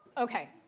ok,